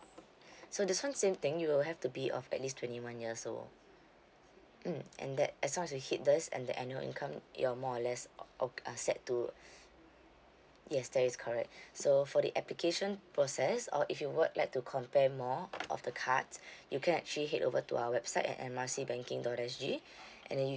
so this one same thing you will have to be of at least twenty one years old mm and that as long as you hit this and the annual income you're more or less o~ o~ uh set to yes that is correct so for the application process or if you would like to compare more of the cards you can actually head over to our website at M R C banking dot S G and then you